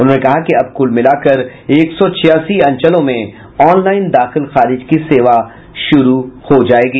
उन्होंने कहा कि अब कुल मिलाकर एक सौ छियासी अंचलों में ऑनलाईन दाखिल खारिज की सेवा शुरू हो जायेगी